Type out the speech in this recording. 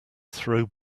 throw